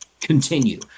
continue